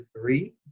three